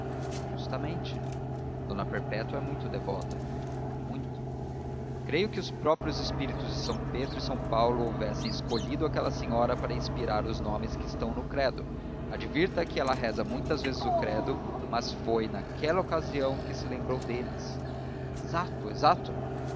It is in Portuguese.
justamente d perpétua é muito devota muito creio que os próprios espíritos de são pedro e são paulo houvessem escolhido aquela senhora para inspirar os nomes que estão no credo advirta que ela reza muitas vezes o credo mas foi naquela ocasião que se lembrou deles exato exato